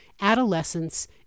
adolescence